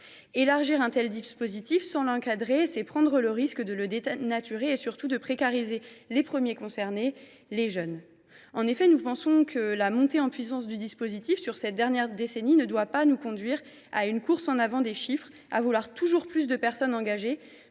Élargir un tel dispositif sans l’encadrer, c’est prendre le risque de le dénaturer et, surtout, de précariser les premiers concernés, c’est à dire les jeunes. En effet, nous pensons que la montée en puissance du dispositif sur cette dernière décennie ne doit pas nous conduire à une course en avant des chiffres, à vouloir toujours plus de personnes engagées,